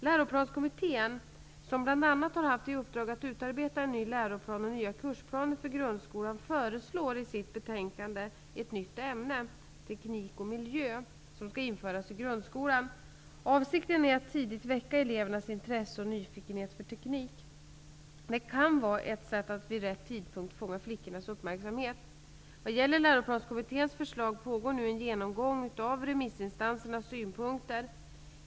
Läroplanskommittén, som bl.a. har haft i uppdrag att utarbeta en ny läroplan och nya kursplaner för grundskolan, föreslår i sitt betänkande att ett nytt ämne -- teknik och miljö -- införs i grundskolan. Avsikten är att tidigt väcka elevernas intresse och nyfikenhet för teknik. Det kan vara ett sätt att vid rätt tidpunkt fånga flickornas uppmärksamhet. Vad gäller Läroplanskommitténs förslag pågår nu en genomgång av remissinstansernas synpunkter.